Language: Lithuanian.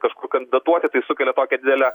kažkur kandidatuoti tai sukelia tokią didelę